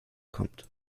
kommt